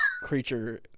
creature